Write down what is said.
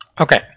Okay